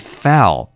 fell